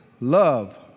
love